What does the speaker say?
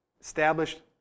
Established